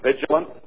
vigilant